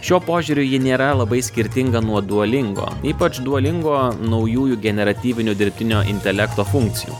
šiuo požiūriu ji nėra labai skirtinga nuo duolingo ypač duolingo naujųjų generatyvinių dirbtinio intelekto funkcijų